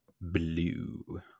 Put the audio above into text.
blue